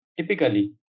Typically